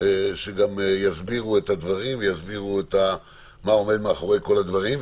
שגם יסבירו את הדברים ויסבירו מה עומד מאחורי כל הדברים.